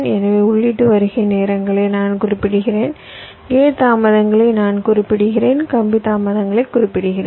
எனவே உள்ளீட்டு வருகை நேரங்களை நான் குறிப்பிடுகிறேன் கேட் தாமதங்களை நான் குறிப்பிடுகிறேன் கம்பி தாமதங்களை குறிப்பிடுகிறேன்